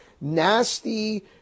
nasty